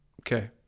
Okay